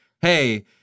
hey